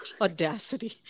audacity